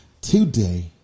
Today